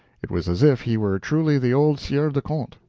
it was as if he were truly the old sieur de conte,